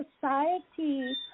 society